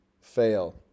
fail